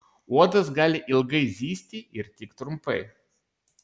uodas gali ilgai zyzti ir tik trumpai